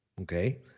Okay